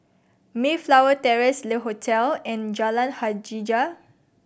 Mayflower Terrace Le Hotel and Jalan Hajijah